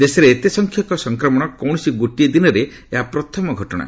ଦେଶରେ ଏତେ ସଂଖ୍ୟକ ସଂକ୍ରମଣ କୌଣସି ଗୋଟିଏ ଦିନରେ ଏହା ପ୍ରଥମ ଘଟଣା